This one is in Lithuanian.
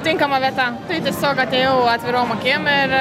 tinkama vieta tai tiesiog atėjau atvirom akim ir